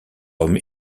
hommes